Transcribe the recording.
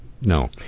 No